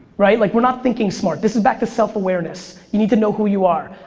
right, like we're not thinking smart. this is back to self-awareness. you need to know who you are.